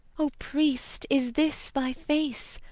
o priest, is this thy face?